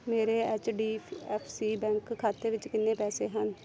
ਮੇਰੇ H D F C bank ਖਾਤੇ ਵਿੱਚ ਕਿੰਨੇ ਪੈਸੇ ਹਨ